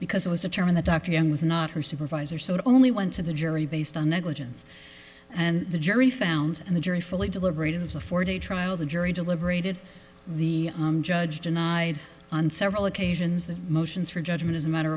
because it was determined the dr young was not her supervisor so it only went to the jury based on negligence and the jury found and the jury fully deliberated was a four day trial the jury deliberated the judge denied on several occasions the motions for judgment as a matter